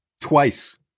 Twice